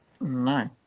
no